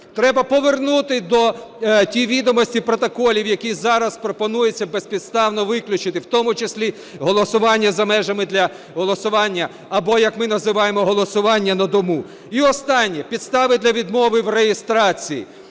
Треба повернути ті відомості протоколів, які зараз пропонується безпідставно виключити, в тому числі голосування за межами для голосування або, як ми називаємо, голосування на дому. І останнє. Підстави для відмови в реєстрації.